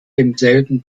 demselben